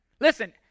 Listen